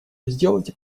сделайте